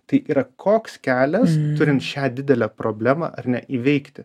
tai yra koks kelias turint šią didelę problemą ar ne įveikti